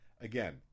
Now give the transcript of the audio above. Again